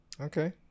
Okay